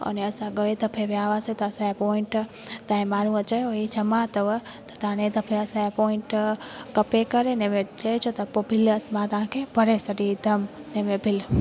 अने असां गए दफ़े विया हुआसीं त असांजा पोइंट तव्हांजे माण्हूअ चयो वेई जमा अथव त हाणे दफ़े असांजा पोइंट कटे करेनि चइजो त पोइ बिल मां तव्हांखे भरे छॾींदमि तंहिं में बिल